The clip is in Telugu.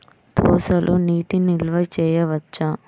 దోసలో నీటి నిల్వ చేయవచ్చా?